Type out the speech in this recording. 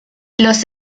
los